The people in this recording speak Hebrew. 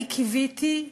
אני קיוויתי,